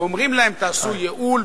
אומרים להם: תעשו ייעול,